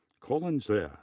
colin zeh, yeah